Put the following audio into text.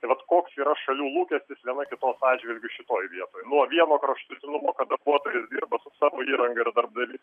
tai vat koks yra šalių lūkestis vienas kito atžvilgiu šitoj vietoj nuo vieno kraštutinumo kad darbuotojas dirba su savo įranga ir darbdavys